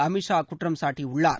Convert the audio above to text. அமித் ஷா குற்றம் சாட்டியுள்ளார்